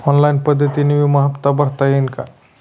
Online पद्धतीने विमा हफ्ता भरता येईल का?